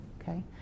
Okay